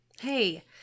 hey